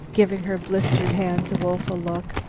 giving her blistered hands a woeful look.